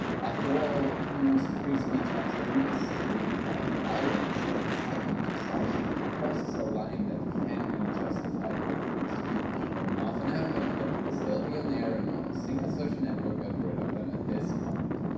after all even most free speech absolutists agree that violence or incitement to such crosses a line that can't be justified with free speech. but nothing happened! they could still be on-air and not a single social network got rid of them at this point.